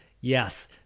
yes